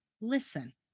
listen